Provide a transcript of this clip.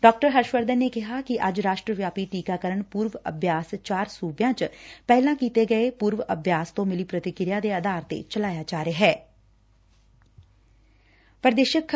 ਡਾ ਹਰਸ਼ ਵਰਧਨ ਨੇ ਕਿਹਾ ਕਿ ਅੱਜ ਰਾਸ਼ਟਰ ਵਿਆਪੀ ਟੀਕਾਕਰਨ ਪੁਰਵ ਅਭਿਆਸ ਚਾਰ ਸੁਬਿਆਂ ਚ ਪਹਿਲਾਂ ਕੀਤੇ ਗਏ ਪੁਰਵ ਅਭਿਆਸ ਤੋਂ ਮਿਲੀ ਪ੍ਰਤੀਕਿਰਿਆ ਦੇ ਆਧਾਰ ਤੇ ਚਲਾਇਆ ਜਾ ਰਿਹੈਂ